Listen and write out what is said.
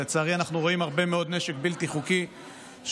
לצערי אנחנו רואים הרבה מאוד נשק בלתי חוקי שעובר